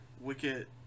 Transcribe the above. Wicket